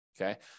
Okay